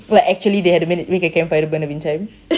like actually they had to make a campfire to burn the wind chime